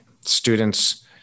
Students